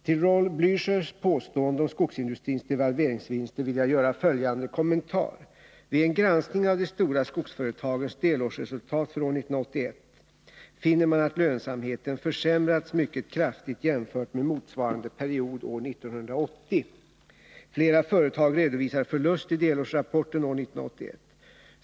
Till Raul Blächers påstående om skogsindustrins devalveringsvinster vill jag göra följande kommentar. Vid en granskning av de stora skogsföretagens delårsresultat för år 1981 finner man att lönsamheten försämrats mycket kraftigt jämfört med motsvarande period år 1980. Flera företag redovisar förlust i delårsrapporten år 1981.